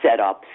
setups